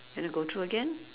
you want to go through again